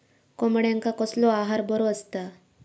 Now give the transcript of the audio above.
कोंबड्यांका कसलो आहार बरो असता?